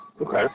Okay